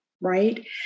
Right